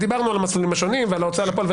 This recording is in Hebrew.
דיברנו על המסלולים השונים, על ההוצאה לפועל.